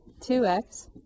2x